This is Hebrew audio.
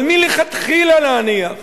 אבל מלכתחילה להניח